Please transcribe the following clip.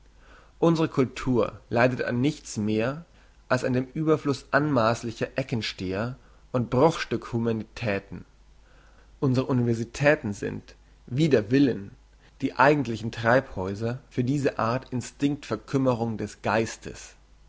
unsre cultur leidet an nichts mehr als an dem überfluss anmaasslicher eckensteher und bruchstück humanitäten unsre universitäten sind wider willen die eigentlichen treibhäuser für diese art instinkt verkümmerung des geistes